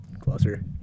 closer